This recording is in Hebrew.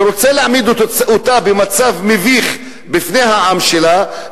ורוצה להעמיד אותה במצב מביך בפני העם שלה,